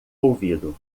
ouvido